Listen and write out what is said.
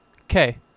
Okay